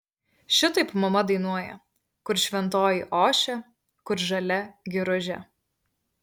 šitaip mama dainuoja kur šventoji ošia kur žalia giružė